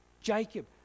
Jacob